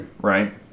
Right